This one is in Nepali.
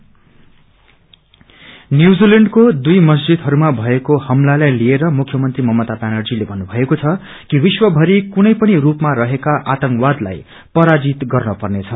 फायरिङ सीएम न्यूजीलैण्डको दुई मस्जिदहरूमा भएको हमलालाई लिएर मुख्यमंत्री मममता व्यानर्जीले भन्नुभएको छ कि विश्व भरि कुनै पनि रूपमा रहेका आतंकवादलाई पराजित गर्न पर्नेछ